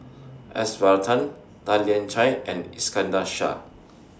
S Varathan Tan Lian Chye and Iskandar Shah